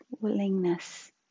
willingness